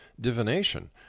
divination